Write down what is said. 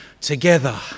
together